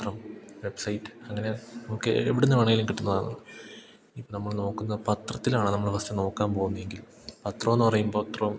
പത്രം വെബ്സൈറ്റ് അങ്ങനെ നമുക്ക് എവിടുന്ന് വേണമെങ്കിലും കിട്ടുന്നതാണ് ഇപ്പം നമ്മൾ നോക്കുന്ന പത്രത്തിലാണ് നമ്മൾ ഫസ്റ്റ് നോക്കാൻ പോകുന്നെങ്കിൽ പത്രമെന്നു പറയുമ്പോൾ അത്രയും